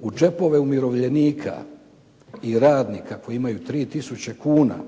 u džepove umirovljenika i radnika koji imaju 3000 kuna